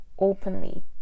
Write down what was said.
openly